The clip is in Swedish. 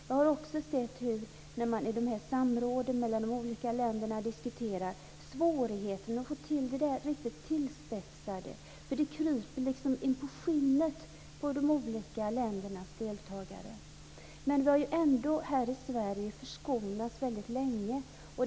Jag har också sett svårigheterna att få till det riktigt tillspetsade när man i samråden mellan de olika länderna diskuterar, för det kryper liksom in på skinnet på de olika ländernas deltagare. Vi har ändå här i Sverige förskonats väldigt länge.